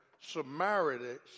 Samaritans